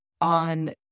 on